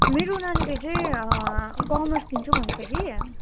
मेरो नानीले चाहिँ कमर्स लिन्छु भन्दैछ कि